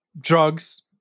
drugs